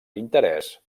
interès